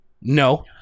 No